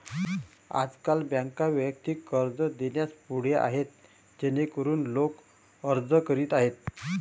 आजकाल बँका वैयक्तिक कर्ज देण्यास पुढे आहेत जेणेकरून लोक अर्ज करीत आहेत